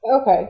Okay